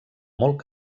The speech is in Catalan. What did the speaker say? molt